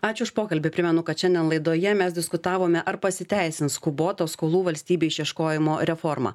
ačiū už pokalbį primenu kad šiandien laidoje mes diskutavome ar pasiteisins skuboto skolų valstybei išieškojimo reforma